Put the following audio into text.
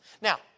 Now